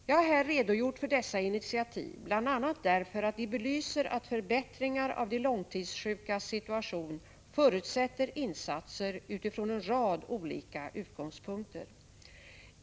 Jag har här redogjort för dessa initiativ bl.a. därför att de belyser att förbättringar av de långtidssjukas situation förutsätter insatser utifrån en rad olika utgångspunkter.